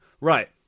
right